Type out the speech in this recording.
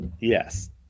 Yes